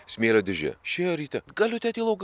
smėlio dėžė išėjo ryte galiu teti į lauką